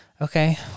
okay